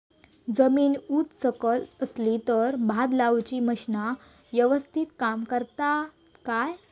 जमीन उच सकल असली तर भात लाऊची मशीना यवस्तीत काम करतत काय?